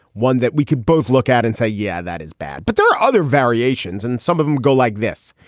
one that we could both look at and say, yeah, that is bad. but there are other variations and some of them go like this.